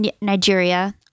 Nigeria